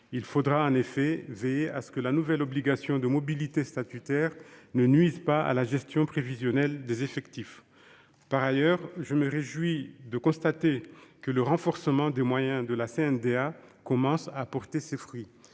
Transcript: Il faudra en effet veiller à ce que la nouvelle obligation de mobilité statutaire ne nuise pas à la gestion prévisionnelle des effectifs. Par ailleurs, je me réjouis de constater que le renforcement des moyens de la Cour nationale du droit